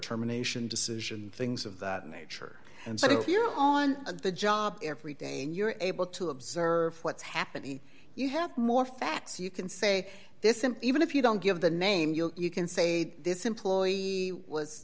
terminations decision things of that nature and so here on the job every day and you're able to observe what's happening you have more facts you can say this him even if you don't give the names you can say this employee was